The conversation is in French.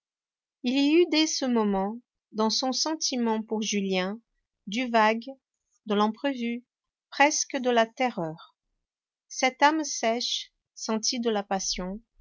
il y eut dès ce moment dans son sentiment pour julien du vague de l'imprévu presque de la terreur cette âme sèche sentit de la passion